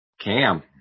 Cam